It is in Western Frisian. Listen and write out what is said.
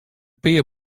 pear